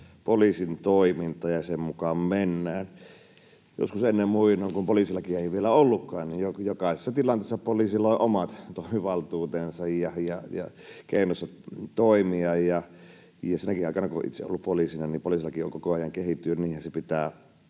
poliisin toimintaa, ja sen mukaan mennään. Joskus ennen muinoin, kun poliisilakia ei vielä ollutkaan, niin jokaisessa tilanteessa poliisilla oli omat toimivaltuutensa ja keinonsa toimia, ja sinäkin aikana, kun itse olen ollut poliisina, poliisilaki on koko ajan kehittynyt, ja niinhän sen pitää